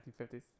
1950s